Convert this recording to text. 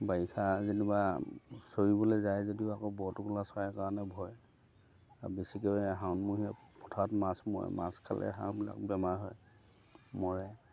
বাৰিষা যেনিবা চৰিবলৈ যায় যদিও আকৌ বৰটোকোলা চৰাইৰ কাৰণে ভয় আৰু বেছিকৈ শাওণমহীয়া পথাৰত মাছ মৰে মাছ খালে হাঁহবিলাক বেমাৰ হয় মৰে